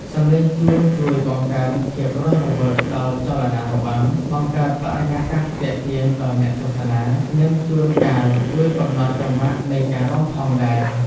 សំឡេងជួងជួយបង្កើនភាពរស់រវើកដល់ចលនារបាំ បង្កើតបរិយាកាសទាក់ទាញដល់អ្នកទស្សនា និងជួនកាលជួយកំណត់ចង្វាក់នៃការរាំផងដែរ។